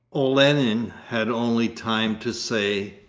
olenin had only time to say,